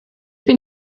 bin